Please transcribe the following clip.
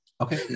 Okay